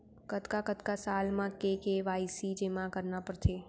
कतका कतका साल म के के.वाई.सी जेमा करना पड़थे?